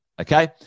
okay